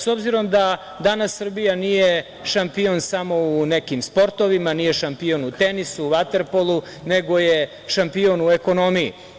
S obzirom da danas Srbija nije šampion samo u nekim sportovima, nije šampion u tenisu, vaterpolu, nego je šampion u ekonomiji.